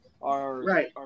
Right